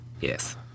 Yes